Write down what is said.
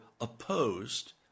opposed